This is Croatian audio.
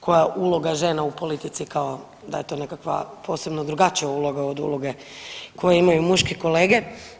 Koja je uloga žena u politici kao da je to nekakav posebno drugačija uloga od uloge koje imaju muški kolege.